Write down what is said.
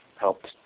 helped